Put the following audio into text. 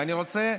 ואני רוצה,